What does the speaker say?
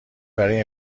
برای